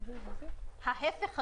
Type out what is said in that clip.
ההיפך הגמור.